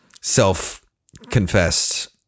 self-confessed